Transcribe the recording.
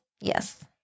Yes